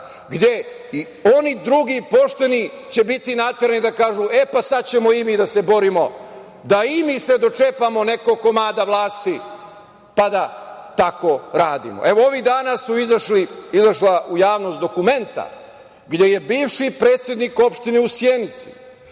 gde i oni drugi pošteni će biti naterani da kažu – e, pa sada ćemo i mi da se borimo da i mi se dočepamo nekog komada vlasti, pa da tako radimo. Ovih dana izašla su u javnost dokumenta gde je bivši predsednik opštine u Sjenici